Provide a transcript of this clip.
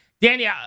Danny